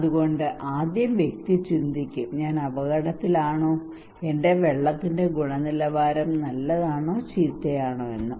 അതുകൊണ്ട് ആദ്യ വ്യക്തി ചിന്തിക്കും ഞാൻ അപകടത്തിലാണോ എന്റെ വെള്ളത്തിന്റെ ഗുണനിലവാരം നല്ലതാണോ ചീത്തയാണോ എന്ന്